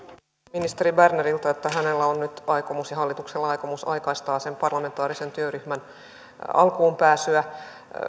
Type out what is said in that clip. ministeri berneriltä että hänellä ja hallituksella on nyt aikomus aikaistaa sen parlamentaarisen työryhmän alkuun pääsyä